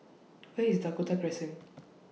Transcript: Where IS Dakota Crescent